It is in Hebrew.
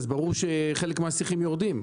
אז ברור שחלק מהשיחים יורדים.